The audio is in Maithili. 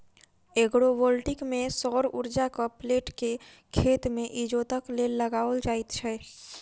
एग्रोवोल्टिक मे सौर उर्जाक प्लेट के खेत मे इजोतक लेल लगाओल जाइत छै